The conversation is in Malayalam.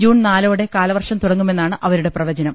ജൂൺ നാലോടെ കാലവർഷം തുടങ്ങുമെന്നാണ് അവരുടെ പ്രവചനം